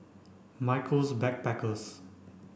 Michaels Backpackers